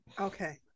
okay